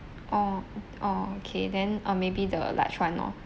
oh oh okay then err maybe the large one lor